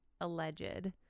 alleged